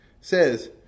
says